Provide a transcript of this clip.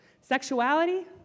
Sexuality